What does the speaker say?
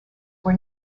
were